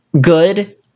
good